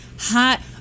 hot